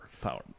power